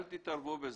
אל תתערבו בזה.